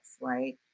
right